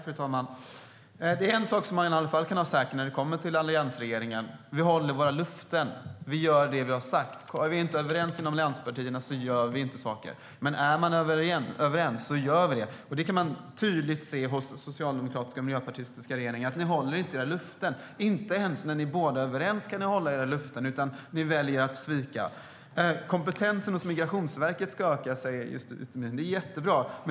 Fru talman! Det är i alla fall en sak som man kan vara säker på när det kommer till alliansregeringar, att vi håller våra löften och gör det vi har sagt. Är vi inte överens inom länspartierna gör vi inte saker, men är vi överens så gör vi det. Vi kan tydligt se att den socialdemokratiska och miljöpartistiska regeringen inte håller sina löften. Ni kan inte ens hålla era löften när ni båda är överens, utan ni väljer att svika. Kompetensen hos Migrationsverket ska öka, säger justitieministern.